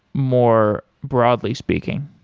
more broadly speaking?